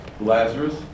Lazarus